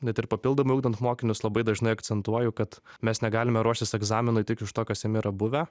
net ir papildomai ugdant mokinius labai dažnai akcentuoju kad mes negalime ruoštis egzaminui tik iš to kas jame yra buvę